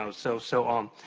so so, so on.